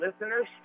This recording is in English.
listeners